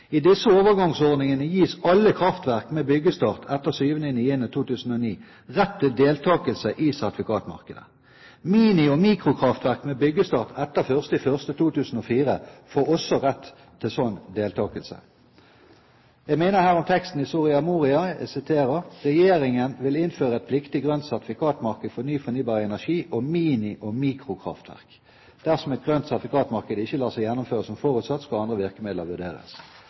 I disse overgangsordningene gis alle kraftverk med byggestart etter 7. september 2009 rett til deltakelse i sertifikatmarkedet. Mini- og mikrokraftverk med byggestart etter 1. januar 2004 får også rett til slik deltakelse. Jeg minner om teksten i Soria Moria, at regjeringen vil «innføre et pliktig grønt sertifikatmarked for ny fornybar energi og mini- og mikrokraftverk. Dersom et grønt sertifikatmarked ikke lar seg gjennomføre som forutsatt, skal andre virkemidler vurderes».